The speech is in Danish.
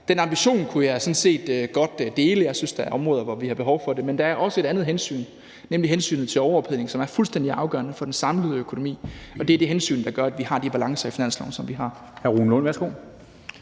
Den ambition kunne jeg sådan set godt dele. Jeg synes, at der er områder, hvor vi har behov for det. Men der er også et andet hensyn, nemlig hensynet til en overophedning, som er fuldstændig afgørende for den samlede økonomi. Det er det hensyn, der gør, at vi har de balancer i finansloven, som vi har.